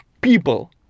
people